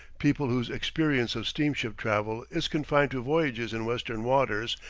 people whose experience of steamship travel is confined to voyages in western waters,